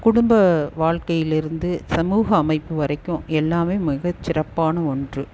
குடும்ப வாழ்க்கையிலிருந்து சமூக அமைப்பு வரைக்கும் எல்லாமே மிகச் சிறப்பான ஒன்று